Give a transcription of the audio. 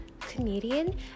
comedian